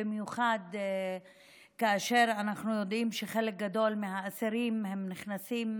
במיוחד כאשר אנחנו יודעים שחלק גדול מהאסירים נכנסים